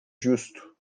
justo